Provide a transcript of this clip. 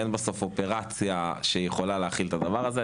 אין בסוף אופרציה שיכולה להכיל את הדבר הזה.